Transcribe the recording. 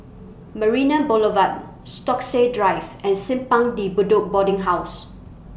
Marina Boulevard Stokesay Drive and Simpang De Budo Boarding House